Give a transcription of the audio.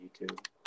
YouTube